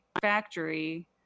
factory